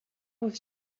was